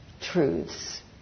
truths